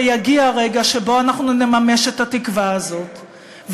יגיע הרגע שבו אנחנו נממש את התקווה הזאת,